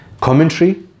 commentary